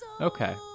Okay